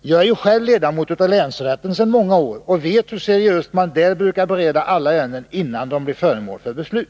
Jag är själv sedan många år ledamot av länsrätten och vet hur seriöst man där brukar bereda alla ärenden, innan de blir föremål för beslut.